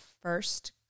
first